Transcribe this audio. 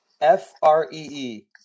F-R-E-E